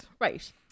Right